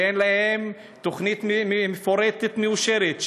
שאין להם תוכנית מפורטת מאושרת,